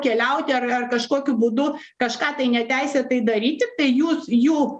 keliauti ar ar kažkokiu būdu kažką tai neteisėtai daryti tai jūs jų